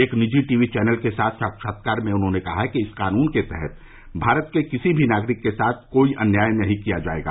एक निजी TV channel के साथ साक्षात्कार में उन्होंने कहा कि इस कानून के तहत भारत के किसी भी नागरिक के साथ कोई अन्याय नहीं किया जाएगा